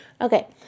Okay